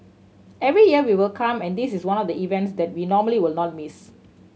every year we will come and this is one of the events that we normally will not miss